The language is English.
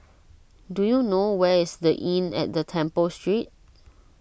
do you know where is the Inn at the Temple Street